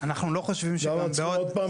אנחנו לא חושבים --- למה צריך עוד פעם